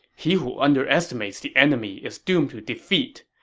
he who underestimates the enemy is doomed to defeat.